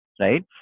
Right